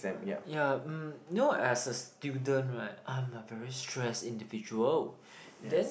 ya um know as a student right I'm a very stressed individual then